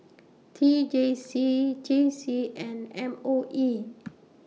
T J C J C and M O E